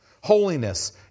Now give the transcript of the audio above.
Holiness